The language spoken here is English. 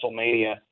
WrestleMania